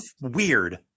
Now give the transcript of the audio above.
weird